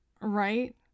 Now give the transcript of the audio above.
right